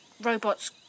Robots